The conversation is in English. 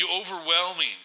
overwhelming